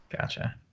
Gotcha